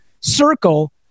circle